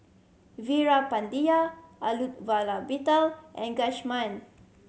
Veerapandiya Elattuvalapil and Ghanshyam